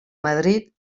madrid